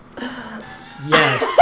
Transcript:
Yes